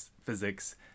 physics